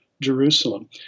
Jerusalem